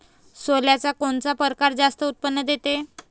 सोल्याचा कोनता परकार जास्त उत्पन्न देते?